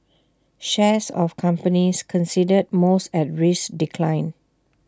shares of companies considered most at risk declined